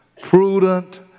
prudent